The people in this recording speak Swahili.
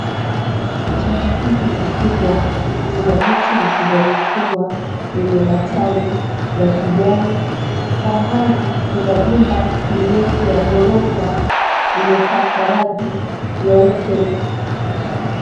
Kichaka hiki kikubwa kuna miti mikubwa mikubwa yenye matawi ya kijani. Kwa mbali kuna jumba refu ya ghorofa imepakwa rangi nyeupe.